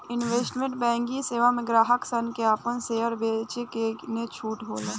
investment banking सेवा में ग्राहक सन के आपन शेयर बेचे आ किने के छूट होला